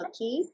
okay